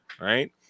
right